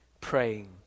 praying